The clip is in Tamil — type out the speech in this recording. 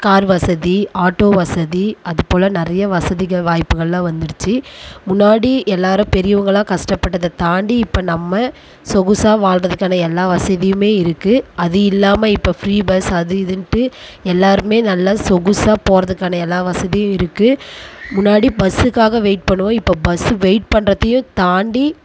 கார் வசதி ஆட்டோ வசதி அது போல் நிறைய வசதிகள் வாய்ப்புகள்லாம் வந்துடுச்சு முன்னாடி எல்லோரும் பெரியவங்கள்லாம் கஷ்டப்பட்டதை தாண்டி இப்போ நம்ம சொகுசாக வாழ்கிறதுக்கான எல்லா வசதியும் இருக்குது அது இல்லாமல் இப்போ ஃப்ரீ பஸ் அது இதுன்ட்டு எல்லோருமே நல்ல சொகுசாக போகிறதுக்கான எல்லா வசதியும் இருக்குது முன்னாடி பஸ்ஸுக்காக வெயிட் பண்ணுவோம் இப்போ பஸ்ஸு வெயிட் பண்ணுறதையும் தாண்டி